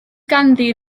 ganddi